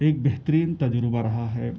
ایک بہترین تجربہ رہا ہے